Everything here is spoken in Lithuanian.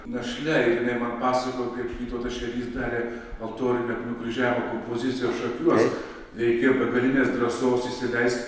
našle ir jinai man pasakojo kaip vytautas šerys darė altorių bet nukryžiavo kompoziciją šakiuos reikėjo begalinės drąsos įsileist